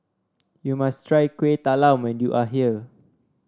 you must try Kueh Talam when you are here